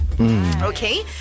Okay